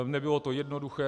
Nebylo to jednoduché.